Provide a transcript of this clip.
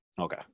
Okay